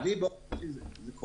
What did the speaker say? לי באופן אישי הנושא הזה כואב.